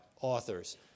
authors